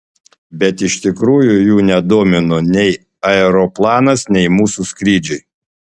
bet iš tikrųjų jų nedomino nei aeroplanas nei mūsų skrydžiai